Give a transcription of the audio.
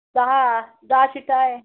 दहा दहा शिटा आहे